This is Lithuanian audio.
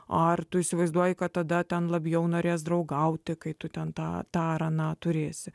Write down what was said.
ar tu įsivaizduoji kad tada ten labiau norės draugauti kai tu ten tą tą ar aną turėsi